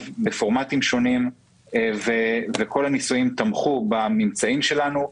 בפורמטים שונים וכל הניסויים תמכו בממצאים שלנו.